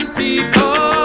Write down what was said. people